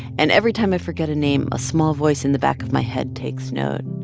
and every time i forget a name, a small voice in the back of my head takes note.